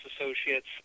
associates